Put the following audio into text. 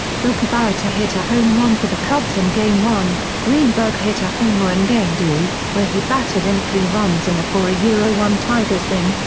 phil cavarretta hit a home run for the cubs in game one, greenberg hit a homer in game two, where he batted in three runs in a four ah ah one tigers win,